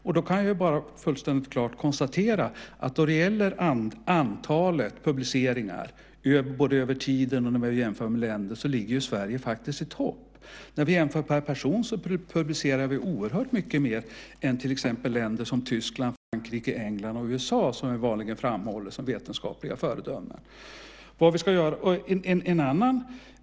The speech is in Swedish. Jag kan då helt klart konstatera att när det gäller antalet publiceringar, både över tid och om vi jämför mellan länder, ligger Sverige i topp. När vi jämför per person publicerar vi oerhört mycket mer än länder som exempelvis Tyskland, Frankrike, England och USA, som vi vanligen framhåller som vetenskapliga föredömen.